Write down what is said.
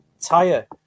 tire